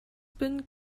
bin